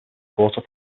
quarter